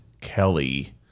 Kelly